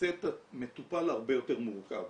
עושה את המטופל הרבה יותר מורכב.